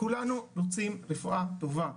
כולנו רוצים רפואה טובה,